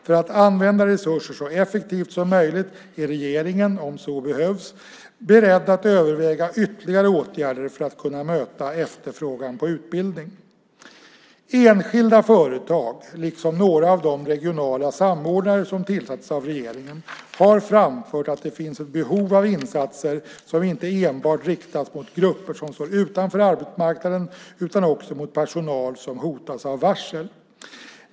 För att använda resurser så effektivt som möjligt är regeringen, om så behövs, beredd att överväga ytterligare åtgärder för att kunna möta efterfrågan på utbildning. Enskilda företag, liksom några av de regionala samordnare som tillsatts av regeringen, har framfört att det finns ett behov av insatser som inte enbart riktas mot grupper som står utanför arbetsmarknaden utan också mot personal som hotas av varsel.